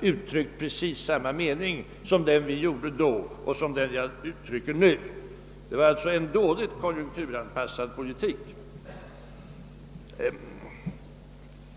uttryckt precis samma mening som vi gjorde då och som den jag uttrycker nu. Det var alltså en dåligt konjunkturanpassad politik.